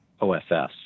OFS